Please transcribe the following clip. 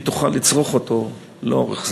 היא תוכל לצרוך אותו לאורך זמן.